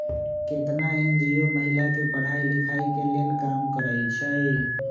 केतना एन.जी.ओ महिला के पढ़ाई लिखाई के लेल काम करअई छई